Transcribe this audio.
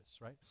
right